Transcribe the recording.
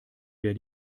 wer